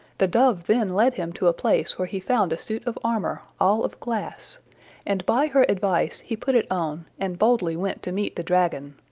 the dove then led him to a place where he found a suit of armour, all of glass and by her advice he put it on, and boldly went to meet the dragon.